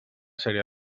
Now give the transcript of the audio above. sèrie